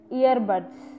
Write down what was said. earbuds